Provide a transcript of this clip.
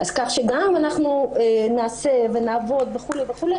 אז כך שגם אם אנחנו נעשה ונעבוד וכו' וכו',